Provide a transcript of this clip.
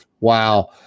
wow